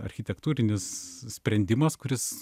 architektūrinis sprendimas kuris